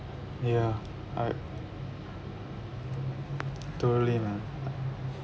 yeah I totally man